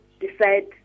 decide